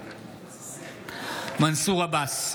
מנסור עבאס,